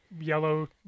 Yellow